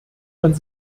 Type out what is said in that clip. man